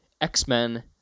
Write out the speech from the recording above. X-Men